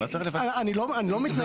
אני לא מתנגד.